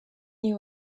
you